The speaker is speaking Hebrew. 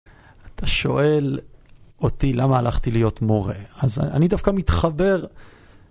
אתה שואל אותי למה הלכתי להיות מורה, אז אני דווקא מתחבר...